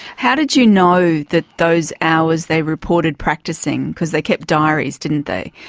how did you know that those hours they reported practising because they kept diaries didn't they,